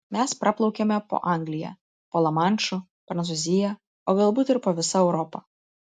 mes praplaukėme po anglija po lamanšu prancūzija o galbūt ir po visa europa